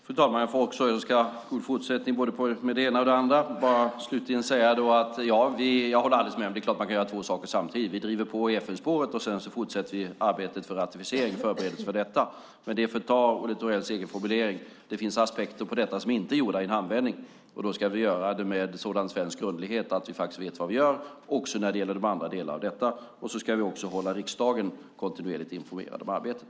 Fru talman! Jag får också önska god fortsättning med både det ena och det andra. Slutligen vill jag bara säga att jag håller helt med - det är klart att man kan göra två saker samtidigt. Vi driver på FN-spåret, och sedan fortsätter vi arbetet med förberedelserna för ratificeringen. Det finns aspekter på detta som inte, med Olle Thorells egen formulering, är gjorda i en handvändning. Då ska vi göra det med sådan svensk grundlighet att vi vet vad vi gör också när det gäller de andra delarna av detta, och vi ska hålla riksdagen kontinuerligt informerad om arbetet.